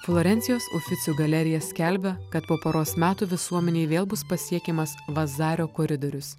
florencijos oficiu galerija skelbia kad po poros metų visuomenei vėl bus pasiekiamas vazario koridorius